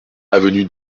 avenue